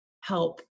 help